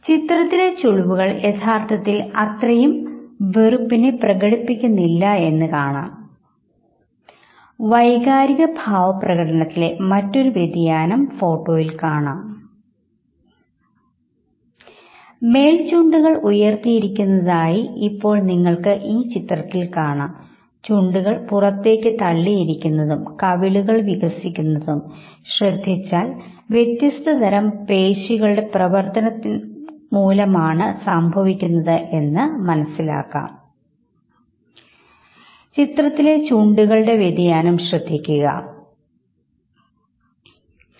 അതുകൊണ്ടുതന്നെ ദൈനംദിനജീവിതത്തിൽ വ്യത്യസ്ത സന്ദർഭങ്ങളിൽ നാം പ്രകടിപ്പിക്കുന്ന വൈകാരിക പ്രകടനങ്ങൾ തികച്ചും മാനസിക വ്യാപാരത്തെ അടിസ്ഥാനമാക്കി മാത്രമാണ് എന്ന നിരീക്ഷണം ശരിയല്ല അത് വികാരപ്രകടനത്തിന്റെ അനുയോജ്യത നിശ്ചയിക്കുന്നത് പാരിസ്ഥിതികമായ സുസ്ഥിരതയും സാമൂഹികമായ വ്യവസ്ഥിതികളെ യും അടിസ്ഥാനപ്പെടുത്തിയാണ് ഒരേ സാംസ്കാരിക പശ്ചാത്തലത്തിലുള്ള ഉള്ള വ്യക്തി പ്രകടിപ്പിക്കുന്ന വികാരങ്ങൾക്ക് ഒരേ സ്വഭാവമായിരിക്കും എന്നും മറ്റുള്ളവർ അതിനെ ഉൾക്കൊള്ളുന്നതും സമാന രീതിയിലായിരിക്കും എന്നും മാറ്റ്സുമോട്ടോ അദ്ദേഹത്തിൻറെ സിദ്ധാന്തങ്ങളിൽ പറയുന്നു സാംസ്കാരിക അവസ്ഥകൾ വികാരങ്ങളുടെ പ്രകടനത്തിനും സ്വീകരണത്തിനും സംവേദനത്തിലും മാറ്റങ്ങൾ ഉണ്ടാക്കുന്നുണ്ട് എന്നിരുന്നാലും അത്തരം പ്രകടനങ്ങൾ അവയുടെ തീവ്രത എന്നിവ നിശ്ചയിക്കുന്നതിൽ സാംസ്കാരിക സ്വാധീനം തീർച്ചയായും ഉണ്ട്